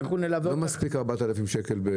לא מספיק 4,000 שקל.